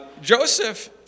Joseph